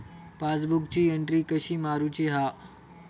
पासबुकाची एन्ट्री कशी मारुची हा?